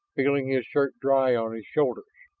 feeling his shirt dry on his shoulders.